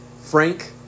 Frank